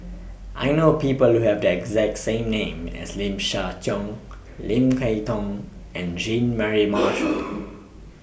I know People Who Have The exact same name as Lim Siah Tong Lim Kay Tong and Jean Mary Marshall